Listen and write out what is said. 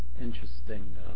interesting